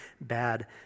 bad